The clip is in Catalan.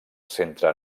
centre